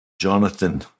Jonathan